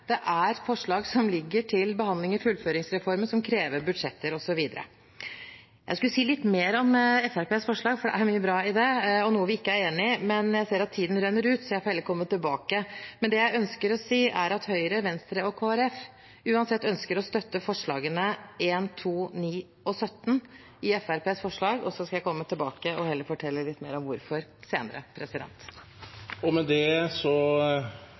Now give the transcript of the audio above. Det er forslag som ligger til behandling i fullføringsreformen, som krever budsjetter, osv. Jeg skulle sagt litt mer om Fremskrittspartiets forslag, for det er mye bra i det, og også noe vi ikke er enig i, men jeg ser at tiden renner ut, så jeg får heller komme tilbake. Men det jeg ønsker å si, er at Høyre, Venstre og Kristelig Folkeparti uansett ønsker å støtte forslagene nr. 1, 2, 9 og 17 i Fremskrittspartiets forslag. Så skal jeg heller komme tilbake og fortelle litt mer om hvorfor senere.